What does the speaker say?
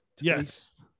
Yes